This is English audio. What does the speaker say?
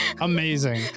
Amazing